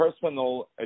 personal